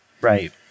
right